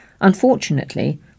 Unfortunately